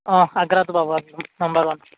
অঁ আগ্ৰাটো পাব একদম নাম্বাৰ ওৱান